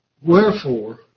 Wherefore